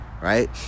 right